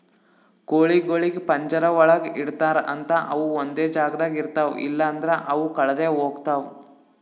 ಕೋಳಿಗೊಳಿಗ್ ಪಂಜರ ಒಳಗ್ ಇಡ್ತಾರ್ ಅಂತ ಅವು ಒಂದೆ ಜಾಗದಾಗ ಇರ್ತಾವ ಇಲ್ಲಂದ್ರ ಅವು ಕಳದೆ ಹೋಗ್ತಾವ